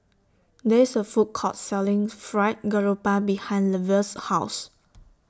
There IS A Food Court Selling Fried Garoupa behind Lavelle's House